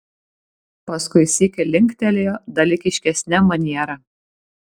paskui sykį linktelėjo dalykiškesne maniera